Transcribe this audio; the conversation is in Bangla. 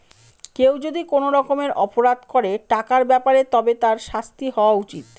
কেউ যদি কোনো রকমের অপরাধ করে টাকার ব্যাপারে তবে তার শাস্তি হওয়া উচিত